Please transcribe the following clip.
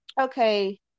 okay